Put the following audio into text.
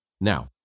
Now